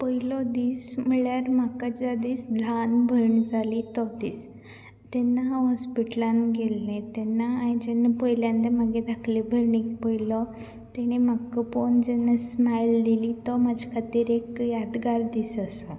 पयलो दीस म्हणल्यार म्हाका ज्या दीस ल्हान भयण जाली तो दीस तेन्ना हांव हॉस्पटलान गेल्ले तेन्ना हांवें जेन्ना पयल्यांदा म्हागे धाकलें भयणीक पयलो तेणी म्हाका पळोवन जेन्ना स्मायल दिली तो म्हाजे खातीर एक यादगार दीस आसा